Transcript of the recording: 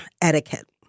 etiquette